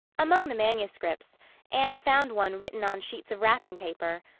among the manuscripts anne found one written on sheets of wrapping paper.